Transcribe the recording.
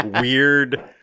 weird